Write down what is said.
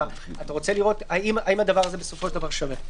אתה רוצה לראות האם הדבר הזה בסופו של דבר שווה.